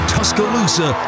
Tuscaloosa